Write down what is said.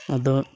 ᱟᱫᱚ